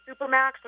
supermax